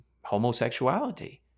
homosexuality